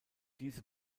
diese